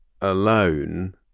alone